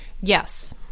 Yes